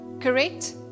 correct